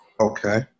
Okay